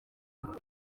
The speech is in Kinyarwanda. ntara